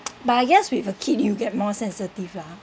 but I guess with a kid you get more sensitive lah ha